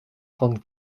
trente